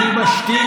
אתם מוכנים להתנתק,